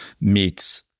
meets